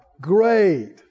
great